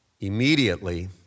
Immediately